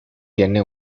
tiene